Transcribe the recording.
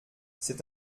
c’est